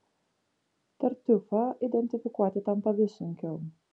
tartiufą identifikuoti tampa vis sunkiau